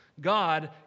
God